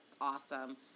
awesome